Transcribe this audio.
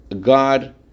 God